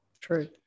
true